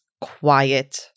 quiet